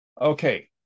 Okay